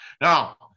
Now